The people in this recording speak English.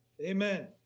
Amen